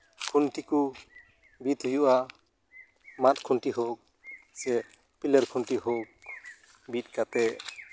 ᱠᱷᱩᱱᱴᱤ ᱠᱚ ᱵᱤᱫ ᱦᱩᱭᱩᱜᱼᱟ ᱢᱟᱫ ᱠᱷᱩᱱᱴᱤ ᱠᱚ ᱥᱮ ᱯᱤᱞᱟᱨ ᱠᱷᱩᱱᱴᱤ ᱠᱚ ᱵᱤᱫ ᱠᱟᱛᱮ